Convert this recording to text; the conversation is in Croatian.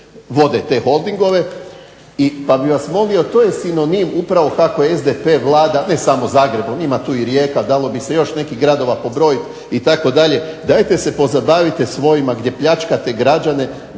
vode te holdinge. Pa bih vas molio, to je sinonim upravo kako SDP vlada ne samo Zagrebom, ima tu i Rijeka, dalo bi se još nekih gradova pobrojit itd. Dajte se pozabavite svojima gdje pljačkate građane,